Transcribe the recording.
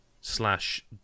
slash